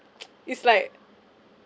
it's like